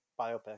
biopic